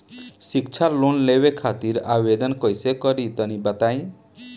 शिक्षा लोन लेवे खातिर आवेदन कइसे करि तनि बताई?